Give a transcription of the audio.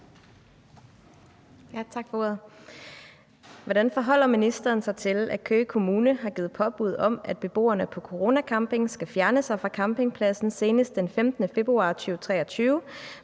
Hvordan forholder ministeren sig til, at Køge Kommune har givet påbud om, at beboerne på Corona Camping skal fjerne sig fra campingpladsen senest den 15. februar 2023,